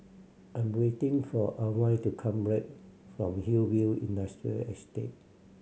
I'm waiting for Alwine to come black from Hillview Industrial Estate